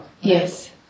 Yes